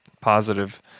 positive